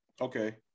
Okay